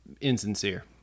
insincere